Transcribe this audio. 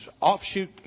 offshoot